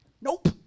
Nope